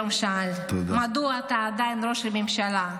שאל היום מדוע אתה עדיין ראש הממשלה.